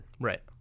Right